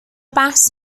بحث